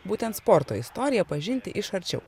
būtent sporto istoriją pažinti iš arčiau